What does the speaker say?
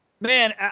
Man